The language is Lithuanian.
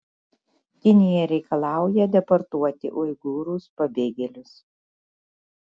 kinija reikalauja deportuoti uigūrus pabėgėlius